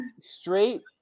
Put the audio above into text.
Straight